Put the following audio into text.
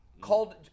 called